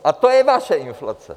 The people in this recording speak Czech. A to je vaše inflace.